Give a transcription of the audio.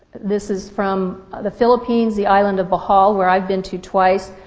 this is from the philippines, the island of bohol where i've been to twice.